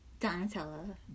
Donatella